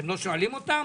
אתם לא שואלים אותם?